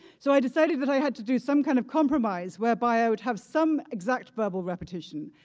so i decided that i had to do some kind of compromise whereby i would have some exact verbal repetition,